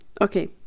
Okay